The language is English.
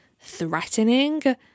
threatening